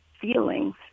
feelings